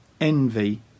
envy